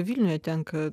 vilniuje tenka